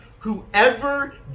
Whoever